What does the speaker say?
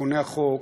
בתיקוני החוק.